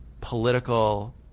political